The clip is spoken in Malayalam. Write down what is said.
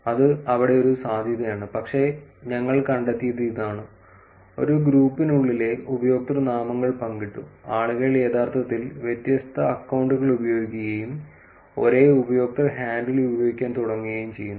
അത് അവിടെ ഒരു സാധ്യതയാണ് പക്ഷേ ഞങ്ങൾ കണ്ടെത്തിയത് ഇതാണ് ഒരു ഗ്രൂപ്പിനുള്ളിലെ ഉപയോക്തൃനാമങ്ങൾ പങ്കിട്ടു ആളുകൾ യഥാർത്ഥത്തിൽ വ്യത്യസ്ത അക്കൌണ്ടുകൾ ഉപയോഗിക്കുകയും ഒരേ ഉപയോക്തൃ ഹാൻഡിൽ ഉപയോഗിക്കാൻ തുടങ്ങുകയും ചെയ്യുന്നു